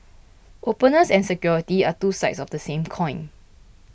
openness and security are two sides of the same coin